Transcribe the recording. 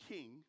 King